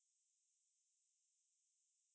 okay okay 可以可以